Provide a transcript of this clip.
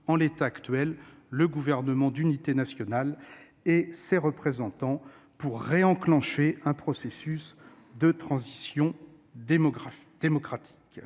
en l'état actuel, le Gouvernement d'unité nationale et ses représentants, pour réenclencher un processus de transition démocratique.